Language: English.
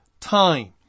time